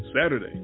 Saturday